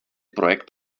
projekt